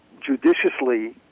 judiciously